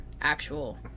actual